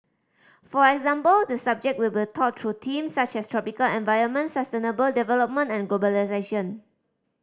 for example the subject will be taught through themes such as tropical environment sustainable development and globalisation